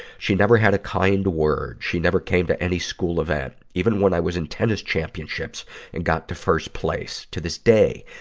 she never had a kind word. she never came to any school event, even when i was in tennis championships and got to first place. to this day,